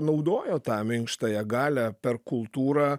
naudojo tą minkštąją galią per kultūrą